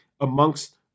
amongst